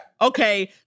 okay